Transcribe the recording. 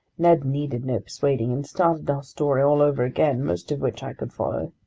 ned needed no persuading and started our story all over again, most of which i could follow.